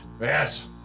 yes